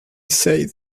said